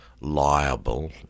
liable